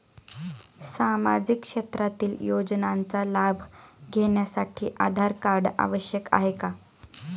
सामाजिक क्षेत्रातील योजनांचा लाभ घेण्यासाठी आधार कार्ड आवश्यक आहे का?